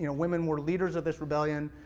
you know women were leaders of this rebellion,